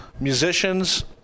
musicians